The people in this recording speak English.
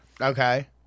Okay